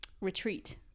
retreat